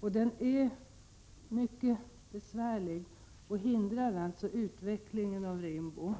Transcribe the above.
Den är mycket besvärlig och hindrar alltså utvecklingen av Rimbo.